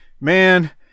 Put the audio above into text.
man